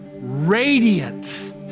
radiant